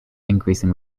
increasing